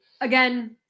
Again